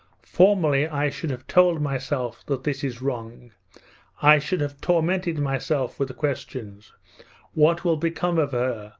formerly i should have told myself that this is wrong. i should have tormented myself with the questions what will become of her,